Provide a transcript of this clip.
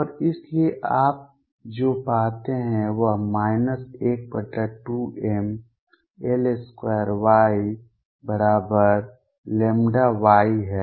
और इसलिए आप जो पाते हैं वह 12mL2YλY है